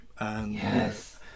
Yes